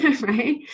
right